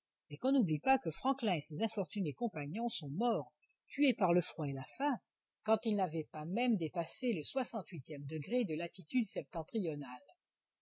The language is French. mais qu'on n'oublie pas que franklin et ses infortunés compagnons sont morts tués par le froid et la faim quand ils n'avaient pas même dépassé le soixante huitième degré de latitude septentrionale